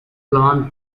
plant